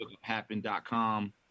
happen.com